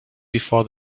before